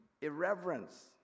irreverence